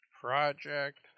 Project